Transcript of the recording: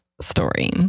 story